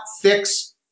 fix